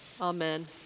Amen